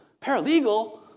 Paralegal